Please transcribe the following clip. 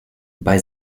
bei